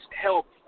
help